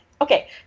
Okay